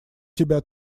тебя